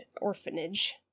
Orphanage